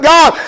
God